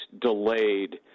delayed